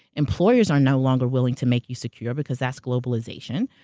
employers are no longer willing to make you secure because that's globalization,